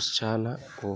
ଉତ୍ସାହନା ଓ